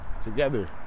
together